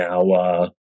now